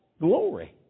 glory